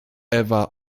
ewa